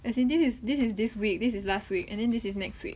as in this is this is this week this is last week and then this is next week